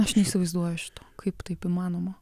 aš neįsivaizduoju šito kaip taip įmanoma